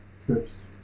trips